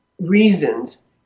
reasons